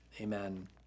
Amen